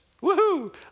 Woo-hoo